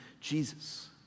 Jesus